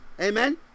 Amen